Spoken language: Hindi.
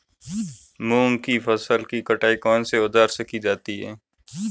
मूंग की फसल की कटाई कौनसे औज़ार से की जाती है?